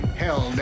hell